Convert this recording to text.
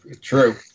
True